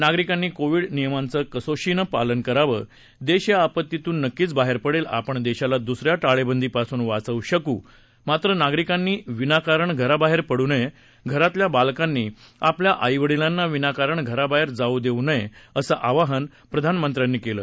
नागरिकांनी कोविड नियमांचं कसोशीनं पालन करावं देश या आपत्तीतून नक्कीच बाहेर पडेल आपण देशाला दु्सऱ्या टाळेबंदीपासून वाचवू शकू मात्र नागरिकांनी विनाकारण घराबाहेर पडू नये घरातल्या बालकांनी आपल्या आईवडिलांना विनाकारण घराबाहेर जाऊ देऊ नये असं आवाहन प्रधानमंत्र्यांनी केलं